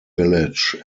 village